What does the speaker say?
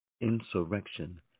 Insurrection